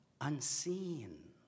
Unseen